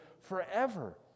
forever